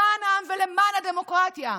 למען העם ולמען הדמוקרטיה.